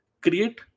create